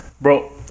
Bro